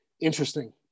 Interesting